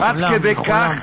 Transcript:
עד כדי כך?